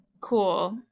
Cool